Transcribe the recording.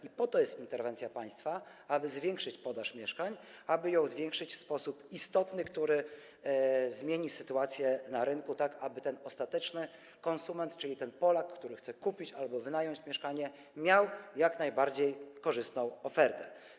I po to jest interwencja państwa - żeby zwiększyć podaż mieszkań, żeby ją zwiększyć w sposób istotny, taki, który zmieni sytuację na rynku, tak aby ten ostateczny konsument, czyli Polak, który chce kupić albo wynająć mieszkanie, dostał jak najbardziej korzystną ofertę.